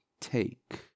Take